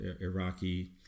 Iraqi